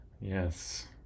yes